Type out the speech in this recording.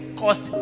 cost